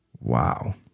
Wow